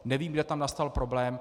Nevím, kde tam nastal problém.